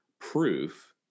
proof